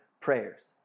prayers